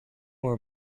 more